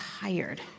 tired